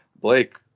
Blake